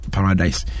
Paradise